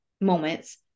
moments